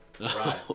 Right